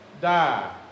die